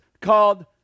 called